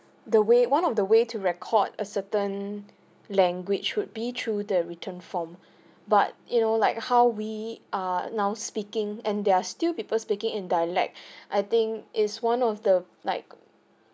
the way one of the way to record a certain language would be through the written form but you know like how we are now speaking and there are still people speaking in dialect I think is one of the like